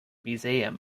museum